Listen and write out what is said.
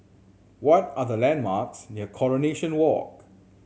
what are the landmarks near Coronation Walk